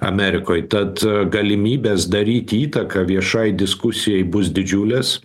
amerikoj tad galimybės daryti įtaką viešai diskusijai bus didžiulės